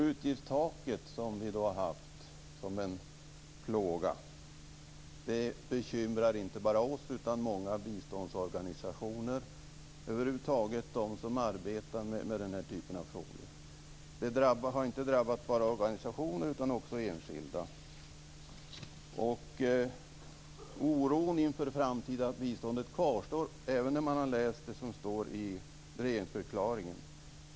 Utgiftstaket, som vi har haft som en plåga, bekymrar inte bara oss utan många biståndsorganisationer och över huvud taget dem som arbetar med denna typ av frågor. Det har inte drabbat bara organisationer utan också enskilda. Oron inför det framtida biståndet kvarstår även när man har läst det som står i regeringsförklaringen.